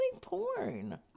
porn